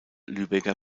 lübecker